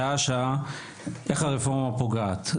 שעה-שעה איך הרפורמה פוגעת.